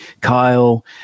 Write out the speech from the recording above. kyle